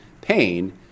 pain